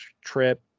trip